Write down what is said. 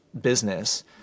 business